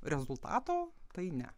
rezultato tai ne